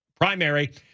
primary